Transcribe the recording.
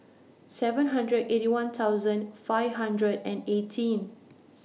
seven hundred Eighty One thousand five hundred and eighteen